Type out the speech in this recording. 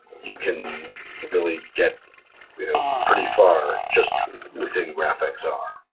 you can really get pretty far just within graphxr.